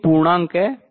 भी एक पूर्णांक है